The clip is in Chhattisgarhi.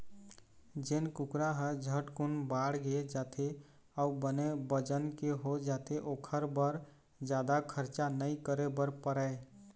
जेन कुकरा ह झटकुन बाड़गे जाथे अउ बने बजन के हो जाथे ओखर बर जादा खरचा नइ करे बर परय